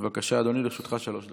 בבקשה, אדוני, לרשותך שלוש דקות.